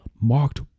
marked